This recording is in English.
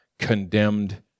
condemned